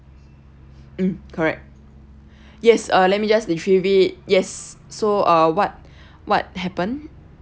mm correct yes uh let me just retrieve it yes so uh what what happen